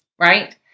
right